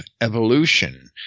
evolution